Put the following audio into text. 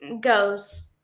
goes